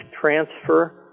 transfer